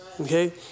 okay